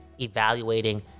evaluating